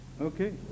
Okay